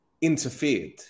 interfered